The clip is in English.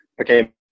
Okay